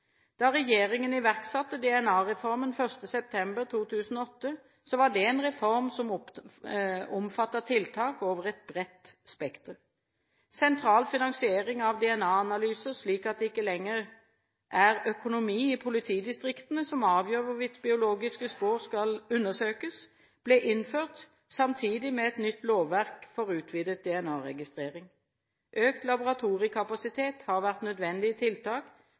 Da regjeringen iverksatte DNA-reformen 1. september 2008, var det en reform som omfattet tiltak over et bredt spekter. Sentral finansiering av DNA-analyser, slik at det ikke lenger er økonomien i politidistriktene som avgjør hvorvidt biologiske spor skal undersøkes, ble innført samtidig med et nytt lovverk for utvidet DNA-registrering. Økt laboratoriekapasitet har vært nødvendige tiltak,